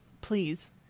Please